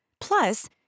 Plus